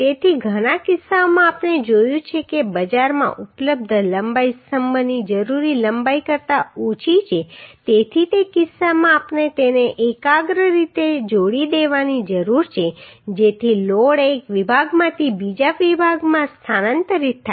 તેથી ઘણા કિસ્સાઓમાં આપણે જોયું છે કે બજારમાં ઉપલબ્ધ લંબાઈ સ્તંભની જરૂરી લંબાઈ કરતા ઓછી છે તેથી તે કિસ્સામાં આપણે તેને એકાગ્ર રીતે જોડી દેવાની જરૂર છે જેથી લોડ એક વિભાગમાંથી બીજા વિભાગમાં સ્થાનાંતરિત થાય